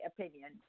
opinion